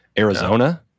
Arizona